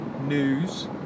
news